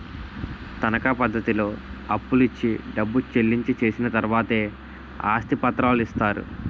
తనకా పద్ధతిలో అప్పులు ఇచ్చి డబ్బు చెల్లించి చేసిన తర్వాతే ఆస్తి పత్రాలు ఇస్తారు